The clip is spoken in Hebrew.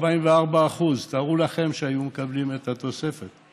44%. תארו לכם שהיו מקבלים את התוספת,